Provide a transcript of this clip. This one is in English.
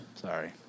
sorry